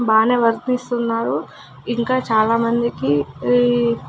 బాగా వర్తిస్తున్నారు ఇంకా చాలా మందికి ఈ